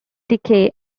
decay